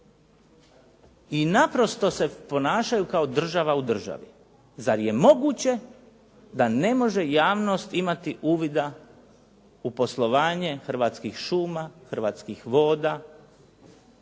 I naprosto se ponašaju kao država u državi. Zar je moguće da ne može javnost imati uvida u poslovanje Hrvatskih šuma, Hrvatskih voda,